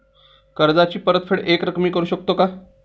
कर्जाची परतफेड एकरकमी करू शकतो का?